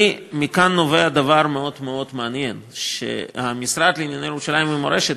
מכאן נובע דבר מאוד מאוד מעניין: המשרד לענייני ירושלים ומורשת,